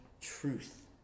truth